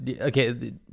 okay